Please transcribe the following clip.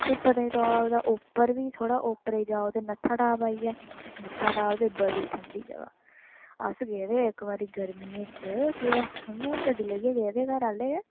ते पत्नीटॉप दे उप्पर बी थोह्ड़ा उप्परै गी जाओ ते नत्थाटॉप आई गेआ नत्थाटॉप ते बड़ी ठंडी जगह् अस गेदे इक बारी गर्मियें च पूरा इ'यां गड्डी लेइयै गेदे घरै आह्ले